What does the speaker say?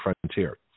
frontier